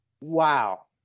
Wow